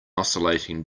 oscillating